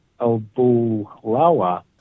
Albulawa